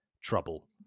trouble